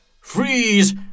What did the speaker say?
Freeze